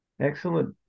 Excellent